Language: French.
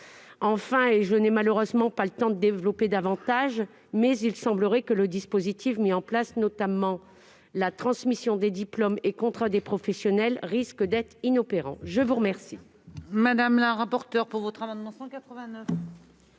Enfin, et je n'ai malheureusement pas le temps de développer davantage, il semblerait que le dispositif mis en place, notamment la transmission des diplômes et contrats des professionnels, présente le risque d'être inopérant. L'amendement